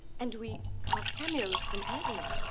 and we carve cameos from ivory.